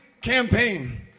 campaign